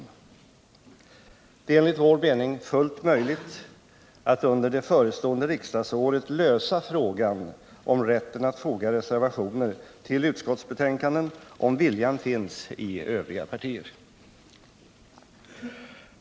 Det är enligt vänsterpartiet kommunisternas mening fullt möjligt att under det förestående riksdagsåret lösa frågan om rätten att foga reservationer till utskottsbetänkanden, om viljan finns i övriga partier.